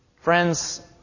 Friends